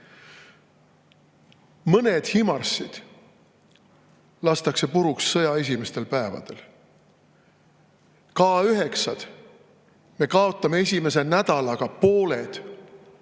Mõned HIMARS‑id lastakse puruks sõja esimestel päevadel, K9‑test me kaotame esimese nädalaga pooled,